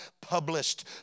published